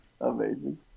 Amazing